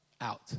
out